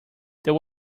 there